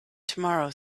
tomorrow